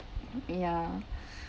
ya